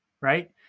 right